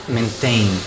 maintain